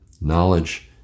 Knowledge